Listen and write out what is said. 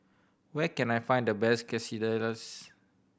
where can I find the best Quesadillas